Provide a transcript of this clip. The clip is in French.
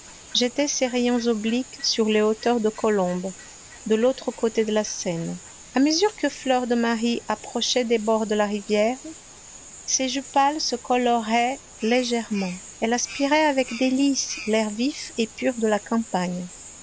jetait ses rayons obliques sur les hauteurs de colombes de l'autre côté de la seine à mesure que fleur de marie approchait des bords de la rivière ses joues pâles se coloraient légèrement elle aspirait avec délices l'air vif et pur de la campagne